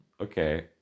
Okay